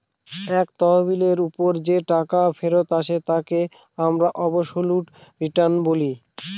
এক তহবিলের ওপর যে টাকা ফেরত আসে তাকে আমরা অবসোলুট রিটার্ন বলি